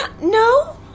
no